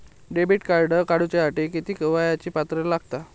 Debit card काढूसाठी किती वयाची पात्रता असतात?